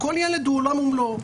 כל ילד הוא עולם ומלואו.